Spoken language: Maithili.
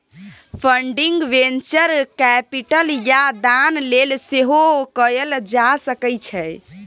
फंडिंग वेंचर कैपिटल या दान लेल सेहो कएल जा सकै छै